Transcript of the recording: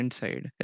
side